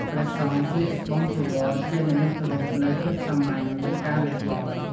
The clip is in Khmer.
ព្រះសង្ឃស្លៀកស្បង់ចីវរជានិមិត្តរូបនៃភាពសាមញ្ញនិងការលះបង់។